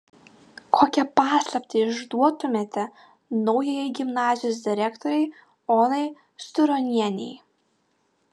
kokią paslaptį išduotumėte naujajai gimnazijos direktorei onai sturonienei